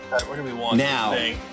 Now